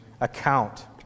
account